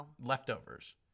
leftovers